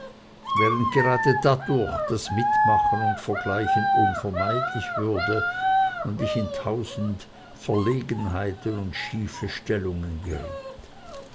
während gerade dadurch das mitmachen und vergleichen unvermeidlich wurde und ich in tausend verlegenheiten und schiefe stellungen geriet